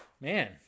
man